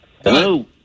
Hello